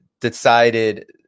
decided